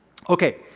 ok.